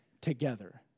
together